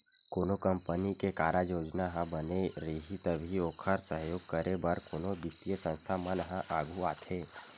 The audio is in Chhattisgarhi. कोनो कंपनी के कारज योजना ह बने रइही तभी ओखर सहयोग करे बर कोनो बित्तीय संस्था मन ह आघू आथे